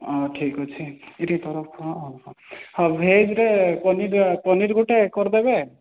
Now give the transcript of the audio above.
ହଁ ଠିକ୍ ଅଛି ହଁ ଭେଜ୍ରେ ପନିର୍ ପନିର୍ ଗୋଟିଏ କରିଦେବେ